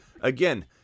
again